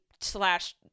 slash